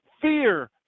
fear